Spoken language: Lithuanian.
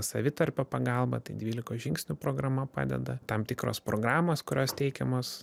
savitarpio pagalba tai dvylikos žingsnių programa padeda tam tikros programos kurios teikiamos